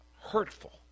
hurtful